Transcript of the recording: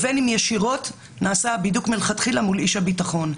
או בין אם ישירות נעשה הבידוק מלכתחילה מול איש הביטחון.